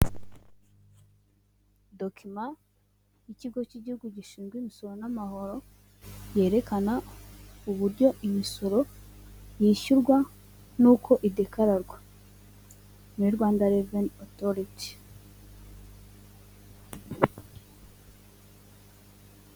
Dokima y'ikigo cy'igihugu gishinzwe imisoro n'amahoro yerekana uburyo imisoro yishyurwa n'uko idekararwa muri Rwanda reveni otoriti.